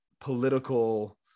political